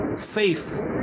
faith